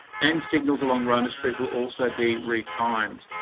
and signals along roma street will also be retimed.